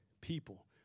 people